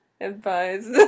advised